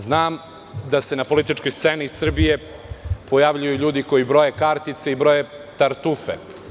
Znam da se na političkoj sceni Srbije pojavljuju ljudikoji broje kartice i broje tartufe.